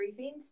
briefings